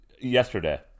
Yesterday